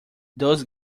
those